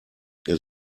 ihr